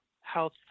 health